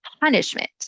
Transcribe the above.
punishment